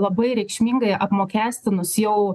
labai reikšmingai apmokestinus jau